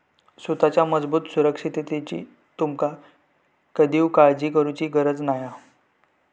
सुताच्या मजबूत सुरक्षिततेची तुमका कधीव काळजी करुची गरज नाय हा